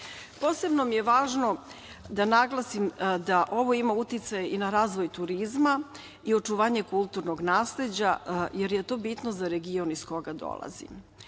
sektor. Posebno mi je važno da naglasim da ovo ima uticaj i na razvoj turizma i očuvanje kulturnog nasleđa, jer je to bitno za region iz koga dolazim.